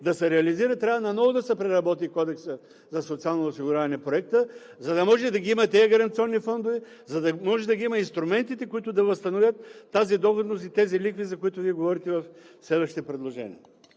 да се реализира, трябва наново да се преработи Кодексът за социално осигуряване – проектът, за да може да има тези гаранционни фондове, за да може да има инструментите, които да възстановят доходността и лихвите, за които говорите в следващите предложения.